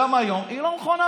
גם היום היא לא נכונה,